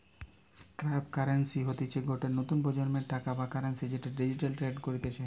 cryptocurrency হতিছে গটে নতুন প্রজন্মের টাকা বা কারেন্সি যেটা ডিজিটালি ট্রেড করতিছে